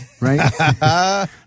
right